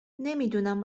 نمیدونم